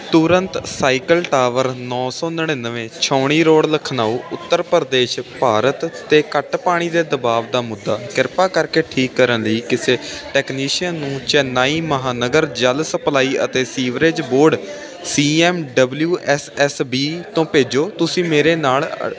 ਤੁਰੰਤ cycle tower ਨੌਂ ਸੌ ਨੜਿੱਨਵੇ ਛਾਉਣੀ ਰੋਡ ਲਖਨਊ ਉੱਤਰ ਪ੍ਰਦੇਸ਼ ਭਾਰਤ 'ਤੇ ਘੱਟ ਪਾਣੀ ਦੇ ਦਬਾਅ ਦਾ ਮੁੱਦਾ ਕਿਰਪਾ ਕਰਕੇ ਠੀਕ ਕਰਨ ਲਈ ਕਿਸੇ ਟੈਕਨੀਸ਼ੀਅਨ ਨੂੰ ਚੇਨਈ ਮਹਾਨਗਰ ਜਲ ਸਪਲਾਈ ਅਤੇ sewerage board C M W S S B ਤੋਂ ਭੇਜੋ ਤੁਸੀਂ ਮੇਰੇ ਨਾਲ